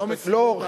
לא,